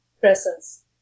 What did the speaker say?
Presence